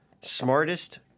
smartest